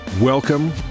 Welcome